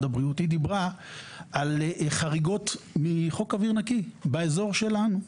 הבריאות שדיברה על חריגות מחוק אוויר נקי באזור שלנו.